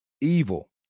evil